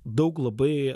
daug labai